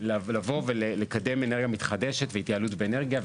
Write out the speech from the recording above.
לקדם אנרגיה מחדשת והתייעלות באנרגיה,